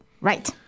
Right